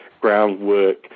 groundwork